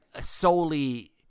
solely